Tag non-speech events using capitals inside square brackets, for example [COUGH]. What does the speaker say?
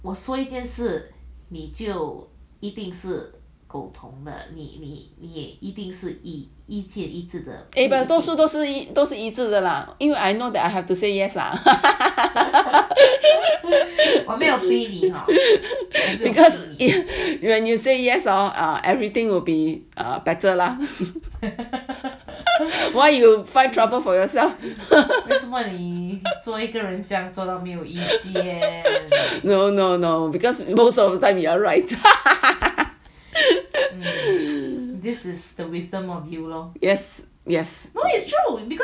都是都是一致的 lah it will I know that I have to say yes lah you say yes all ah everything will be a better lah [LAUGHS] why you find trouble for yourself no no cause most of the time you are right yes yes yes